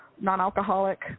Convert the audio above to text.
non-alcoholic